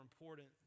important